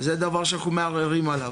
זה דבר שאנחנו מערערים עליו.